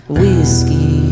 whiskey